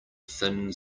thin